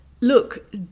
look